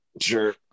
Sure